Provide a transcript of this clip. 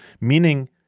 meaning